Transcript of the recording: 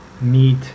meat